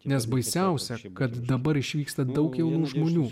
nes baisiausia kad dabar išvyksta daug jaunų žmonių